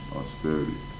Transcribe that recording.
austerity